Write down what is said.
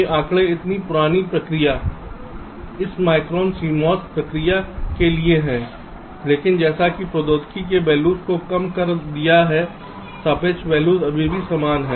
ये आंकड़े इतनी पुरानी प्रक्रिया एक माइक्रोन CMOS प्रक्रिया के लिए हैं लेकिन जैसा कि प्रौद्योगिकी ने वैल्यूज को कम कर दिया है सापेक्ष वैल्यूज अभी भी समान हैं